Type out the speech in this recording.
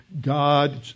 God